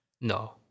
no